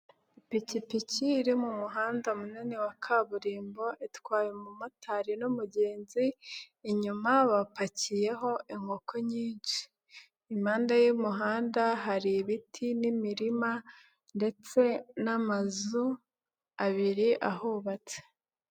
Ipikipiki iri mu muhanda munini wa kaburimbo, itwaye umumotari n'umugenzi, inyuma bapakiyeho inkoko nyinshi, impande y'umuhanda hari ibiti n'imirima ndetse n'amazu abiri ahubatse.